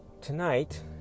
tonight